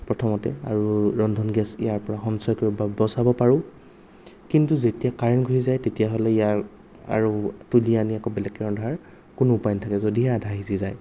প্ৰথমতে আৰু ৰন্ধন গেছ ইয়াৰ পৰা সঞ্চয় কৰিব বা বচাব পাৰো কিন্তু যেতিয়া কাৰেণ্ট গুচি যায় তেতিয়া হ'লে ইয়াৰ আৰু তুলি আনি আকৌ বেলেগকে ৰন্ধাৰ কোনো উপায় নাথাকে যদিহে আধা সিজি যায়